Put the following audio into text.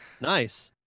Nice